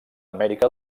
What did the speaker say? amèrica